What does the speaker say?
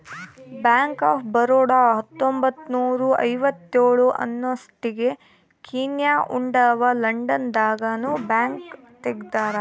bank of Baroda ಹತ್ತೊಂಬತ್ತ್ನೂರ ಐವತ್ತೇಳ ಅನ್ನೊಸ್ಟಿಗೆ ಕೀನ್ಯಾ ಉಗಾಂಡ ಲಂಡನ್ ದಾಗ ನು ಬ್ಯಾಂಕ್ ತೆಗ್ದಾರ